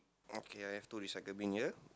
okay I have two recycle bin here